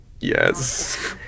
yes